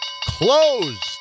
closed